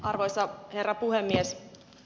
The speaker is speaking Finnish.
arvoisa herra puhemies